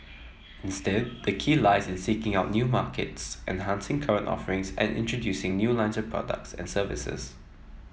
instead the key lies in seeking out new markets enhancing current offerings and introducing new lines of products and services